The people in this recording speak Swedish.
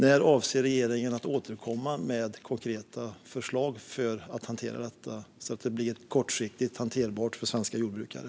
När avser regeringen att återkomma med konkreta förslag för att hantera detta, så att det blir kortsiktigt hanterbart för svenska jordbrukare?